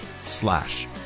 slash